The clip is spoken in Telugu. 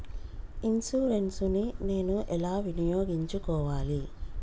ఇన్సూరెన్సు ని నేను ఎలా వినియోగించుకోవాలి?